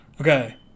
Okay